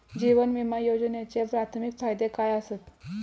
जीवन विमा योजनेचे प्राथमिक फायदे काय आसत?